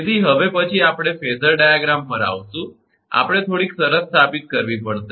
તેથી હવે પછી આપણે ફેઝર ડાયાગ્રામ પર આવીશું કે આપણે થોડીક શરત સ્થાપિત કરવી પડશે